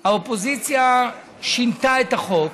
והאופוזיציה שינתה את החוק,